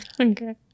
Okay